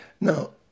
Now